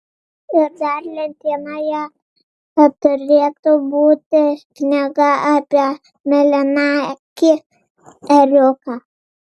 ir dar lentynoje turėtų būti knyga apie mėlynakį ėriuką